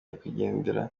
nyakwigendera